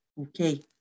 Okay